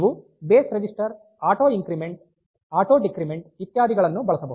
ನೀವು base register auto increment auto decrement ಇತ್ಯಾದಿಗಳನ್ನು ಬಳಸಬಹುದು